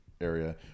area